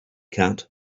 cat